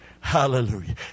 Hallelujah